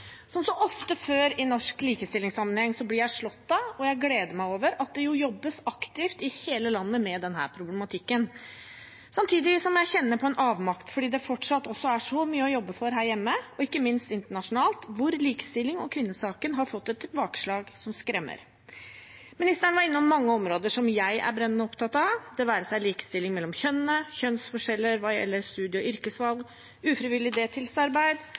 og jeg gleder meg over, at det jobbes aktivt i hele landet med denne problematikken. Samtidig kjenner jeg på en avmakt fordi det fortsatt er så mye å jobbe for her hjemme, og ikke minst internasjonalt, der likestilling og kvinnesaken har fått et tilbakeslag som skremmer. Ministeren var innom mange områder som jeg er brennende opptatt av, det være seg likestilling mellom kjønnene eller kjønnsforskjeller hva gjelder studie- og yrkesvalg, ufrivillig